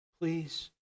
please